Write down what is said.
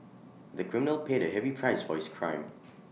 the criminal paid A heavy price for his crime